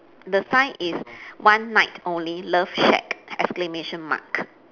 the sign is one night only love shack exclamation mark